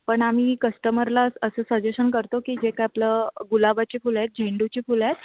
पण आम्ही कस्टमरला असं सजेशन करतो की जे काय आपलं गुलाबाची फुलं आहेत झेंडूची फुलं आहे